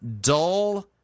dull